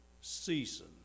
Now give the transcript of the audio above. season